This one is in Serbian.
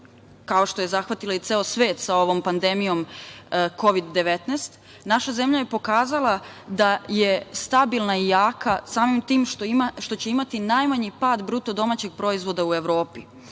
kao što je zahvatila i ceo svet sa ovom pandemijom Kovid 19, naša zemlja je pokazala da je stabilna i jaka samim tim što će imati najmanji pada BDP-a u Evropi.